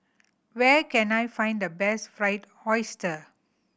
where can I find the best Fried Oyster